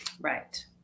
Right